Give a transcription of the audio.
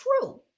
true